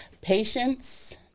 patience